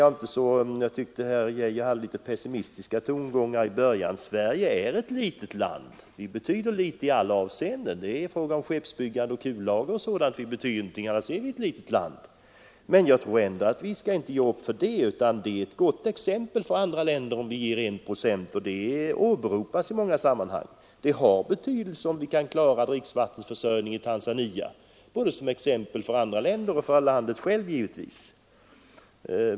Jag tyckte att herr Geijer anlade litet pessimistiska tongångar i början. Sverige är — sade han — ett litet land. Vi betyder litet i alla avseenden. Det är i fråga om skeppsbyggande och kullager m.m. som vi betyder något. Ja, men det är ett gott exempel för andra länder om vi ger 1 procent, för vårt handlande åberopas i många sammanhang. Det har betydelse om vi kan klara dricksvattenförsörjningen i Tanzania, både som exempel för andra länder och för landet självt givetvis.